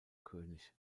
könig